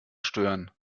stören